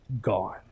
gone